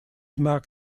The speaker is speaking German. mag